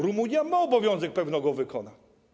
Rumunia ma obowiązek, pewnie go wykona.